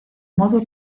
modo